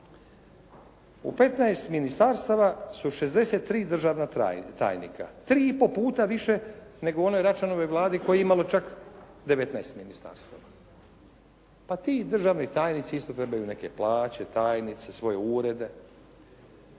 U 15 ministarstava su 63 državna tajnika. 3 i pol puta više nego u onoj Račanovoj Vladi koja je imala čak 19 ministarstava. Pa ti državni tajnici isto trebaju neke plaće, tajnice, svoje urede.